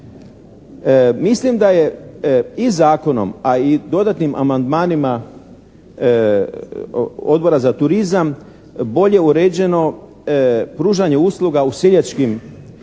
Mislim da je i Zakonom, a i dodatnim amandmanima Odbora za turizam bolje uređeno pružanje usluga u seljačkim